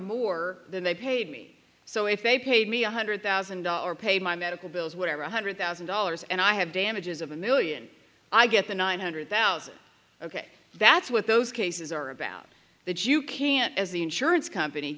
more than they paid me so if they paid me one hundred thousand dollars paid my medical bills whatever one hundred thousand dollars and i have damages of a million i get the nine hundred thousand ok that's what those cases are about that you can't as the insurance company